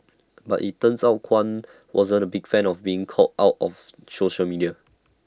but IT turns out Kwan wasn't A big fan of being called out of social media